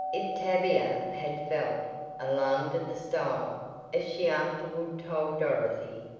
if tavia had felt alarmed at the style as she afterward told dorothy,